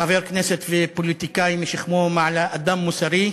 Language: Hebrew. חבר כנסת ופוליטיקאי משכמו ומעלה, אדם מוסרי.